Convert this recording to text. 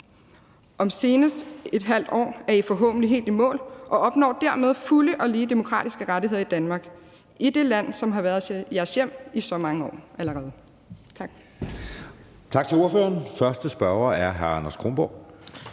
Om senest et halvt år er I forhåbentlig helt i mål og opnår dermed fulde og lige demokratiske rettigheder i Danmark – i det land, som har været jeres hjem i så mange år allerede.